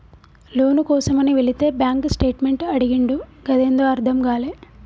లోను కోసమని వెళితే bank statement అడిగిండు గదేందో అర్థం గాలే